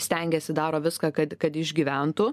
stengiasi daro viską kad kad išgyventų